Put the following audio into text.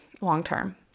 long-term